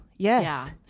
Yes